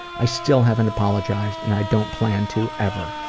i still haven't apologized and i don't plan to, ever.